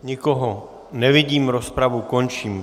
Nikoho nevidím, rozpravu končím.